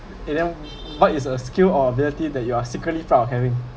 you know what is a skill or ability that you are secretly proud of having